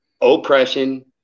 Oppression